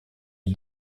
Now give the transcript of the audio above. est